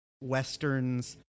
westerns